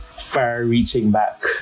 far-reaching-back